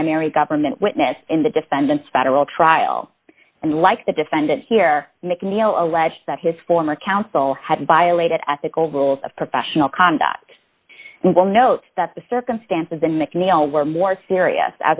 primary government witness in the defendant's federal trial and like the defendant here macneill allege that his former counsel had violated ethical rules of professional conduct and will note that the circumstances in mcneil were more serious